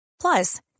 Plus